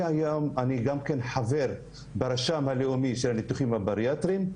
אני חבר גם ברשם הלאומי של הניתוחים הבריאטריים,